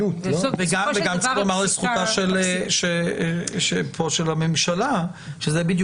וגם צריך לומר לזכותה פה של הממשלה שזו בדיוק